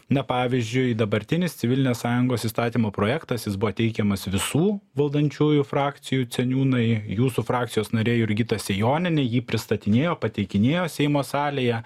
na pavyzdžiui dabartinis civilinės sąjungos įstatymo projektas jis buvo teikiamas visų valdančiųjų frakcijų seniūnai jūsų frakcijos narė jurgita sėjonienė jį pristatinėjo pateikinėjo seimo salėje